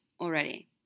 already